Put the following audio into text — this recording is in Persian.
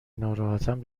ناراحتم